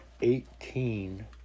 eighteen